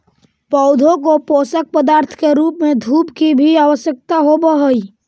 पौधों को पोषक पदार्थ के रूप में धूप की भी आवश्यकता होवअ हई